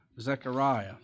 Zechariah